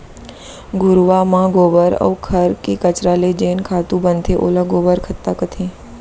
घुरूवा म गोबर अउ घर के कचरा ले जेन खातू बनथे ओला गोबर खत्ता कथें